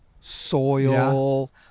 Soil